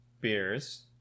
beers